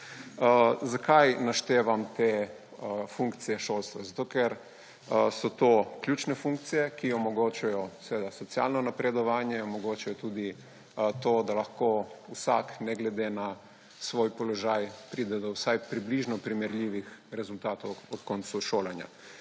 Zakaj naštevam te funkcije šolstva? Zato ker so to ključne funkcije, ki omogočajo socialno napredovanje, omogočajo tudi to, da lahko vsak ne glede na svoj položaj pride do vsaj približno primerljivih rezultatov ob koncu šolanja.